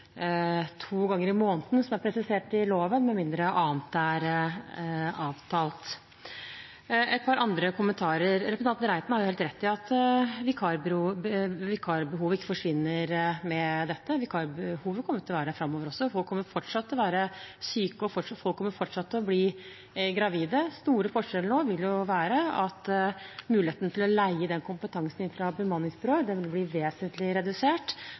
to ganger i måneden som er presisert i loven, med mindre annet er avtalt. Et par andre kommentarer: Representanten Reiten har helt rett i at vikarbehovet ikke forsvinner med dette. Vikarbehovet kommer til å være der framover også, folk kommer fortsatt til å være syke, og folk kommer fortsatt til å bli gravide. Den store forskjellen nå vil være at muligheten til å leie den kompetansen inn fra bemanningsbyråer vil bli vesentlig redusert.